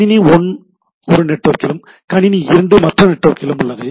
கணினி 1 ஒரு நெட்வொர்க்கிலும் கணினி 2 மற்ற நெட்வொர்க்கிலும் உள்ளது